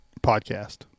podcast